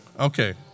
Okay